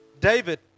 David